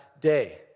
day